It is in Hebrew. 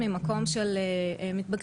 אנחנו לא מצליחים למנוע את זה,